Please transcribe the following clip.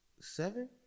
Seven